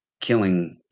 killing